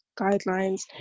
guidelines